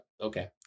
okay